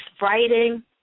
writing